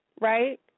Right